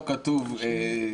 כמובן,